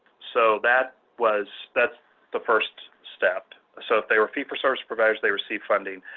so, that was that's the first step. so, if they were fee-for-service providers, they received funding.